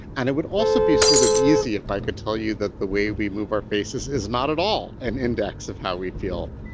and it would also be sort of easy if i could tell you that the way we move our faces is not at all an index of how we feel.